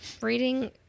reading